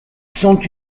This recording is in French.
sont